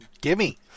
Gimme